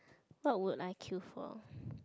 what would I queue for